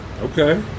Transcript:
Okay